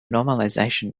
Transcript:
normalization